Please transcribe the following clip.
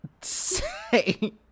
Say